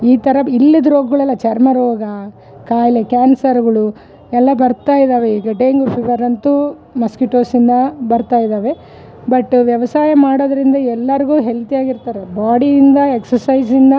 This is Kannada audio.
ಈ ಥರ ಇಲ್ಲದ ರೋಗಗಳೆಲ್ಲ ಎಲ್ಲ ಚರ್ಮ ರೋಗ ಕಾಯಿಲೆ ಕ್ಯಾನ್ಸರ್ಗಳು ಎಲ್ಲ ಬರ್ತಾ ಇದಾವೆ ಈಗ ಡೆಂಗ್ಯೂ ಫೀವರ್ ಅಂತೂ ಮಸ್ಕಿಟೋಸ್ ಇಂದ ಬರ್ತಾ ಇದಾವೆ ಬಟ್ ವ್ಯವಸಾಯ ಮಾಡೋದರಿಂದ ಎಲ್ಲಾರಿಗು ಹೆಲ್ದಿಯಾಗಿ ಇರ್ತಾರೆ ಬಾಡಿಯಿಂದ ಎಕ್ಷೆರ್ಸೈಜ್ ಇಂದ